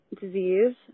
disease